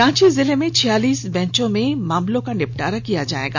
रांची जिले में छियालीस बेंचों में मामलों का निपटारा किया जाएगा